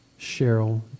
Cheryl